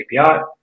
API